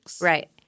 Right